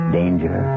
danger